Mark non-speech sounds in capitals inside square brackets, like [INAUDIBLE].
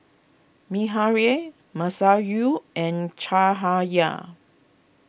[UNINTELLIGIBLE] Masayu and Cahaya